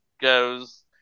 goes